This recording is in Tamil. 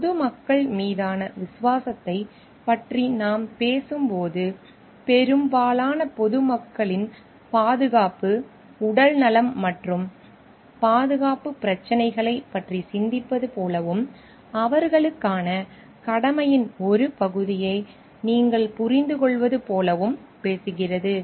பொது மக்கள் மீதான விசுவாசத்தைப் பற்றி நாம் பேசும்போது பெரும்பாலான பொதுமக்களின் பாதுகாப்பு உடல்நலம் மற்றும் பாதுகாப்புப் பிரச்சினைகளைப் பற்றி சிந்திப்பது போலவும் அவர்களுக்கான கடமையின் ஒரு பகுதியை நீங்கள் புரிந்துகொள்வது போலவும் பேசுகிறது